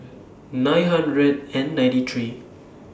nine hundred and ninety three